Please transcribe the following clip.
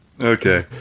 Okay